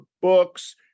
books